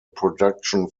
production